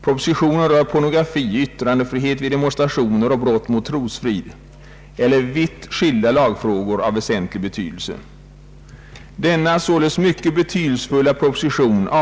Propositionen rör pornografi, yttrandefrihet vid demonstrationer och brott mot trosfrid, således vitt skilda lagfrågor av väsentlig betydelse.